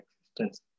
existence